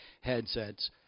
headsets